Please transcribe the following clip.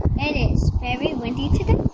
pains and we need